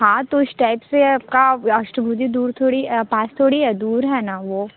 हाँ तो उस टाइप से आपका राष्ट्रपति दूर थोड़ी है पास थोड़ी है दूर है ना वो